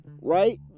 right